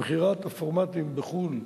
ומכירת הפורמטים בחו"ל